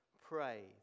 pray